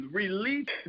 release